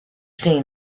seen